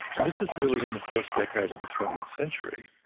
and this is really in the first decade of the twentieth century.